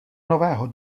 nového